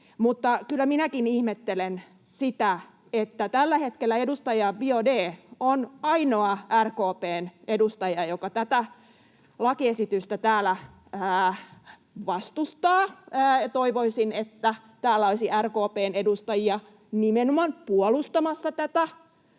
minäkin ihmettelen, että tällä hetkellä edustaja Biaudet on ainoa RKP:n edustaja, joka tätä lakiesitystä täällä vastustaa. Toivoisin, että täällä olisi RKP:n edustajia nimenomaan puolustamassa tätä